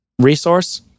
resource